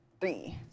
Three